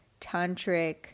tantric